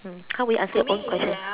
hmm how will you answer your own question